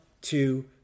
two